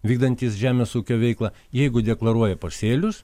vykdantys žemės ūkio veiklą jeigu deklaruoja pasėlius